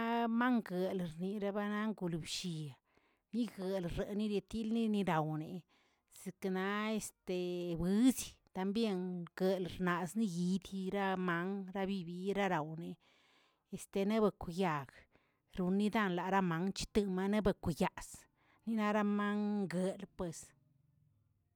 La mangə rirabarang golgblliꞌi bigləreni nitilnilirau, zeknay este widə también gueldxnaz niyidyi niranman dabibiyerawni, este neꞌ bekwꞌyag lorindan laramangə chitenimagw bekwiyaz, naranmanguer pues.